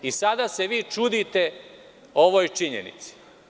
I sada se vi čudite ovoj činjenici.